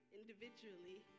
individually